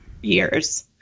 years